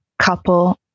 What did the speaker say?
couple